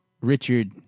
Richard